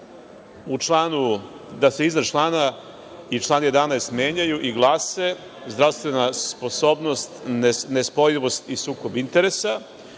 da se iznad člana i član 11. menjaju i glase- zdravstvena sposobnost, nespojivost i sukob interesa,